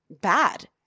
bad